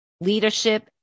leadership